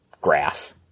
graph